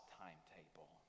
timetable